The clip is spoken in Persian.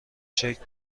شکل